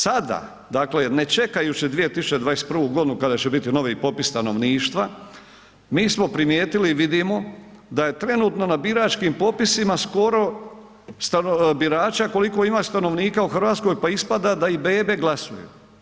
Sada, dakle ne čekajući 2021. g. kada će bit novi popis stanovništva, mi smo primijetili, vidimo da je trenutno na biračkim popisima skoro birača koliko ima stanovnika u Hrvatskoj, pa ispada da i bebe glasuju.